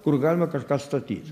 kur galima kažką statyt